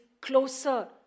closer